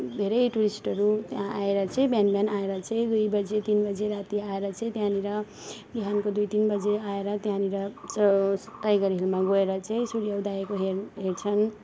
धेरै टुरिस्टहरू चाहिँ त्यहाँ आएर चाहिँ बिहान बिहान आएर चाहिँ दुईबजे तिनबजे राति आएर चाहिँ त्यहाँनिर बिहानको दुई तिन बजे आएर त्यहाँनिर टाइगर हिलमा गएर चाहिँ सुर्योदयको हेर हेर्छन्